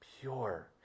pure